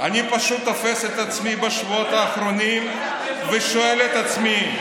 אני פשוט תופס את עצמי בשבועות האחרונים ושואל את עצמי,